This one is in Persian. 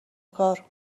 کار